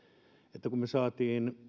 kun me saimme